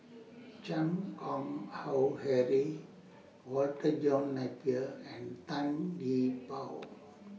Chan Keng Howe Harry Walter John Napier and Tan Gee Paw